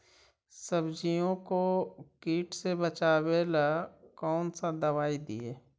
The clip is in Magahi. सब्जियों को किट से बचाबेला कौन सा दबाई दीए?